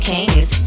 Kings